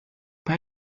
bei